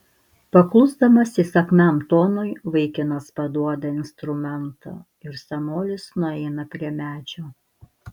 paklusdamas įsakmiam tonui vaikinas paduoda instrumentą ir senolis nueina prie medžio